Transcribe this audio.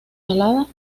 periodo